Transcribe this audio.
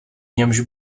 němž